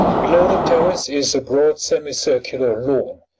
below the terrace is a broad semicircular lawn,